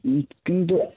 কিন্তু